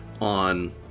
on